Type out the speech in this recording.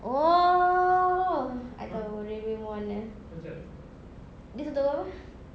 oh I tahu railway mall mana dia tutup pukul berapa